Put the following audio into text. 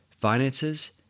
finances